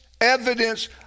evidence